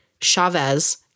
Chavez